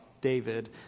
David